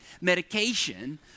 medication